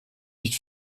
nicht